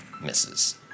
misses